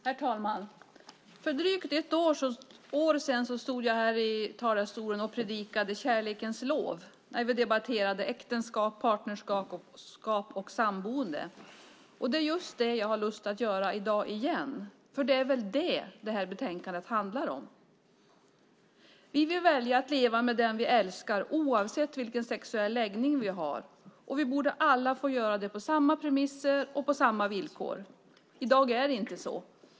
Herr talman! För drygt ett år sedan stod jag här i talarstolen och predikade kärlekens lov när vi debatterade äktenskap, partnerskap och samboende. Det är just det som jag har lust att göra i dag igen. Det är väl det som detta betänkande handlar om? Vi vill välja att leva med den som vi älskar oavsett vilken sexuell läggning som vi har, och vi borde alla få göra det på samma premisser och på samma villkor. I dag är det inte så.